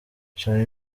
charly